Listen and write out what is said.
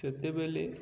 ସେତେବେଳେ